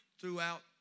throughout